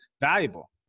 valuable